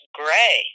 gray